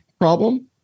problem